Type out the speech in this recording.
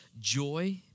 joy